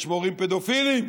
יש מורים פדופילים,